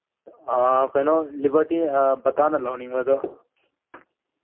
ꯀꯩꯅꯣ ꯂꯤꯕꯔꯇꯤ ꯕꯇꯥꯅ ꯂꯧꯍꯟꯅꯤꯡꯕ ꯑꯗꯨ